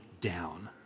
down